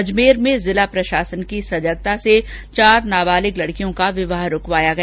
अजमेर में जिला प्रशासन की सजगता से चार नाबालिग लड़कियों का विवाह रूकवाया गया